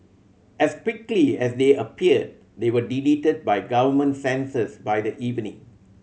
as quickly as they appeared they were deleted by government censors by the evening